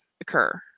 occur